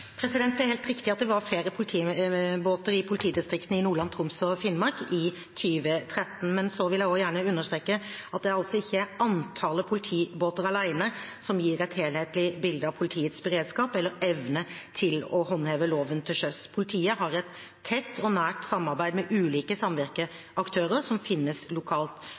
Det er helt riktig at det var flere politibåter i politidistriktene Nordland, Troms og Finnmark i 2013, men jeg vil gjerne understreke at det ikke er antallet politibåter alene som gir et helhetlig bilde av politiets beredskap eller evne til å håndheve loven til sjøs. Politiet har et tett og nært samarbeid med ulike samvirkeaktører som finnes lokalt,